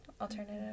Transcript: alternative